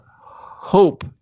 hope